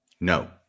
No